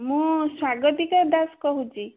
ମୁଁ ସ୍ଵାଗତିକା ଦାସ କହୁଛି